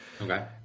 Okay